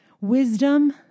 wisdom